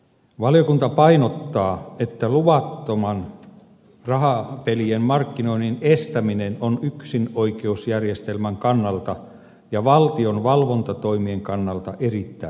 valiokunta painottaa että luvattoman rahapelien markkinoinnin estäminen on yksinoikeusjärjestelmän kannalta ja valtion valvontatoimien kannalta erittäin tärkeää